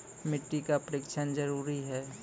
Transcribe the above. मिट्टी का परिक्षण जरुरी है?